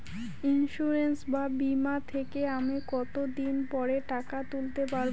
Insurance বা বিমা থেকে আমি কত দিন পরে টাকা তুলতে পারব?